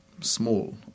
small